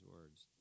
words